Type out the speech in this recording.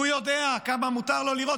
הוא יודע כמה מותר לו לירות,